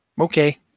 Okay